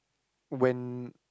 when